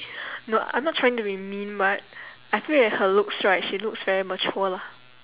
no I'm not trying to be mean but I feel that her looks right she looks very mature lah